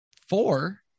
four